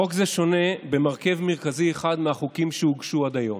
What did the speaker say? חוק זה שונה במרכיב מרכזי אחד מהחוקים שהוגשו עד היום.